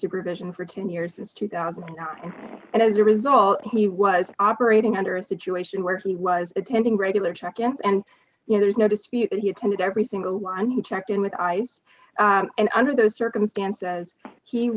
supervision for ten years since two thousand and as a result he was operating under a situation where he was attending regular check ins and you know there is no dispute that he attended every single one who checked in with ice and under those circumstances